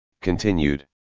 continued